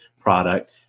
product